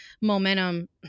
momentum